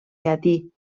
llatí